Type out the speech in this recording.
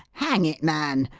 hang it, man!